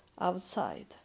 outside